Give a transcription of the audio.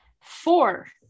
four